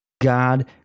God